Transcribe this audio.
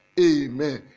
Amen